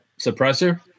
suppressor